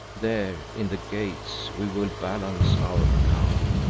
there in the gates we will balance our account.